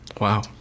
Wow